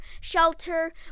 shelter